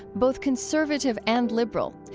both conservative and liberal.